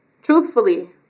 Truthfully